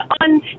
on